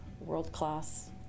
world-class